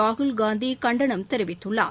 ராகுல் காந்தி கண்டனம் தெரிவித்துள்ளார்